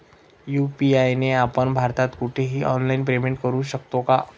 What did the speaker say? UPI ने आपण भारतात कुठेही ऑनलाईन पेमेंट करु शकतो का?